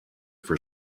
for